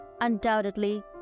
undoubtedly